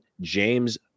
James